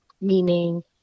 meaning